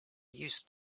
used